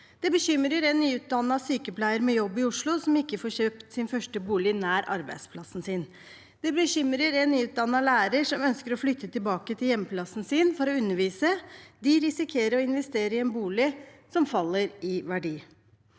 Det bekymrer en nyutdannet sykepleier med jobb i Oslo, som ikke får kjøpt sin første bolig nær arbeidsplassen sin. Det bekymrer en nyutdannet lærer som ønsker å flytte tilbake til hjemplassen sin for å undervise. De risikerer å investere i en bolig som faller i verdi.